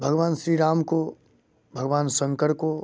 भगवान श्री राम को भगवान शंकर को